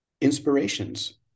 inspirations